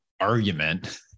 argument